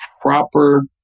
proper